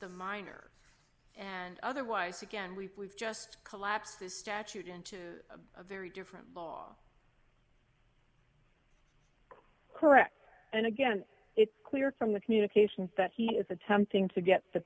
the minor and otherwise again we've just collapses statute into a very different law correct and again it's clear from the communications that he is attempting to get the